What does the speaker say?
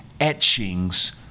Etchings